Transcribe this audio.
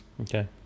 Okay